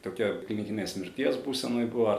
tokioj klinikinės mirties būsenoj buvo